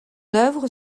œuvre